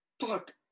talk